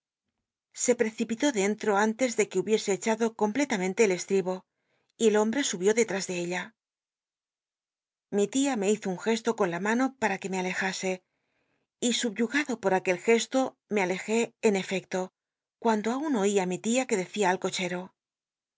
se precipitó dentro antes ele que hubiese echado completamente el estribo y el hombre subió dctnis de ella mi tia me hizo nn gesto con la mano para que me alejase y subyugado por aquel gesto me alejé en efecto cuando aun oi i mi tia que decía al cochero